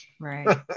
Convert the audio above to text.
Right